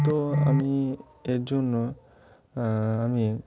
তো আমি এর জন্য আমি